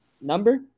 number